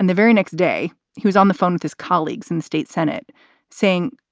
and the very next day, he was on the phone with his colleagues in the state senate saying,